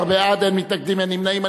11 בעד, אין מתנגדים, אין נמנעים.